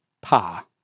pa